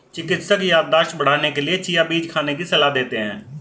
चिकित्सक याददाश्त बढ़ाने के लिए चिया बीज खाने की सलाह देते हैं